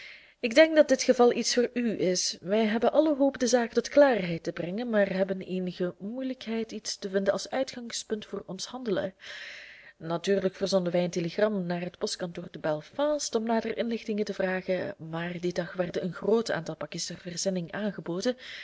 ik denk dat dit geval iets voor u is wij hebben alle hoop de zaak tot klaarheid te brengen maar hebben eenige moeilijkheid iets te vinden als uitgangspunt voor ons handelen natuurlijk verzonden wij een telegram naar het postkantoor te belfast om nadere inlichtingen te vragen maar dien dag werden een groot aantal pakjes ter verzending aangeboden